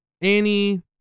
Annie